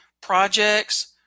projects